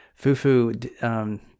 Fufu